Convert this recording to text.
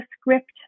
script